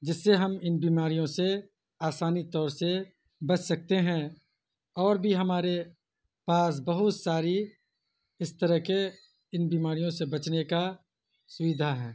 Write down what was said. جس سے ہم ان بیماریوں سے آسانی طور سے بچ سکتے ہیں اور بھی ہمارے پاس بہت ساری اس طرح کے ان بیماریوں سے بچنے کا سویدھا ہے